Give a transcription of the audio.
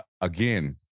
again